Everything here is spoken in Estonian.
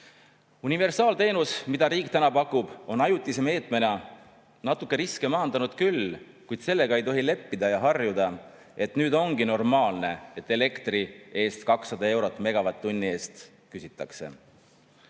Universaalteenus, mida riik täna pakub, on ajutise meetmena riske natuke maandanud küll, kuid sellega ei tohi leppida ja harjuda, et nüüd ongi normaalne, et elektri eest 200 eurot megavatt-tunni eest küsitakse.